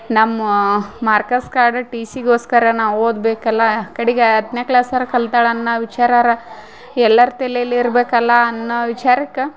ನಮ್ಮ marks card ಟಿ ಸಿಗೋಸ್ಕರ ನಾವು ಓದಬೇಕಲ್ಲಾ ಕಡಿಗೆ ಹತ್ತನೇ ಕ್ಲಾಸರ ಕಲ್ತಾಳ್ ಅನ್ನ ವಿಚಾರರ ಎಲ್ಲರ ತೆಲೆಯೆಲ್ಲಿ ಇರಬೇಕಲ್ಲಾ ಅನ್ನೋ ವಿಚಾರಕ್ಕೆ